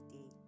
day